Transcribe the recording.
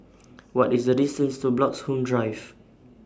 What IS The distance to Bloxhome Drive